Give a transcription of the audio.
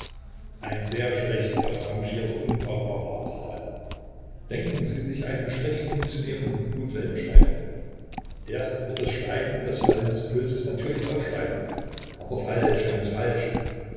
ein sehr schlechter ausrangierter unbrauchbarer apparat denken sie sich einen schlecht funktionierenden blutwellenschreiber er wird das steigen und fallen des pulses natürlich aufschreiben aber falsch ganz falsch